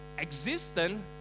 existent